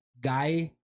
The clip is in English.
guy